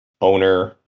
owner